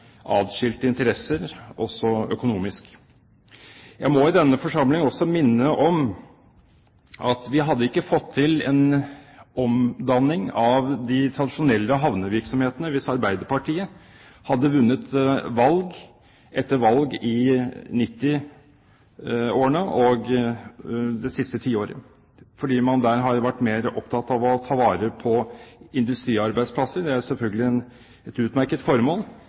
atskilte interesser også økonomisk. Jeg må i denne forsamling også minne om at vi hadde ikke fått til en omdanning av de tradisjonelle havnevirksomhetene hvis Arbeiderpartiet hadde vunnet valg etter valg i 1990-årene og det siste tiåret, fordi man der har vært mer opptatt av å ta vare på industriarbeidsplasser. Det er selvfølgelig et utmerket formål,